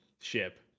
ship